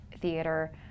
theater